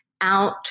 out